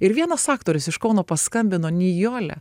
ir vienas aktorius iš kauno paskambino nijole